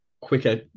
quicker